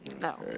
No